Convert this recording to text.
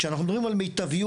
כשאנחנו מדברים על מיטביות,